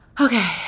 Okay